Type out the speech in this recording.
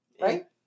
right